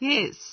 Yes